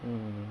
mm